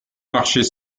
marchés